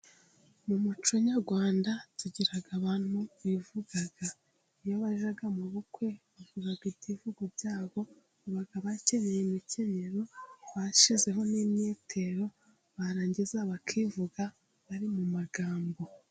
Mu muco nyarwanda tugira abantu bivuga. iyo bajyaga mu bukwe bavuga ibyivugo byabo. Baba bakenye imikenyero bashizeho n'imyitero barangiza bakivuga bari mu magambo.